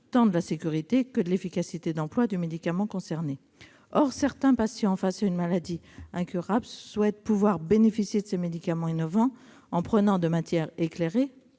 tant de la sécurité que de l'efficacité d'emploi du médicament concerné. Or certains patients faisant face à une maladie incurable souhaitent pouvoir bénéficier de ces médicaments innovants en prenant, de manière éclairée,